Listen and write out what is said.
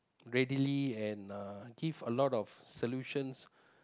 readily and uh give a lot of solutions